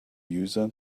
user